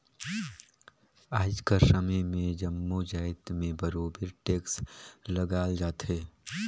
आएज कर समे में जम्मो जाएत में बरोबेर टेक्स लगाल जाथे